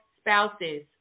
spouses